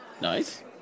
Nice